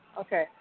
Okay